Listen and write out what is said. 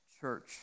church